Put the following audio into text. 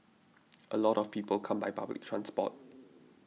a lot of people come by public transport